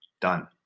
Done